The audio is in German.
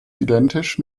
identisch